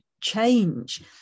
change